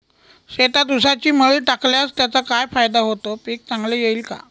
शेतात ऊसाची मळी टाकल्यास त्याचा काय फायदा होतो, पीक चांगले येईल का?